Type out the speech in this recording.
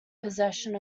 possession